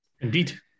Indeed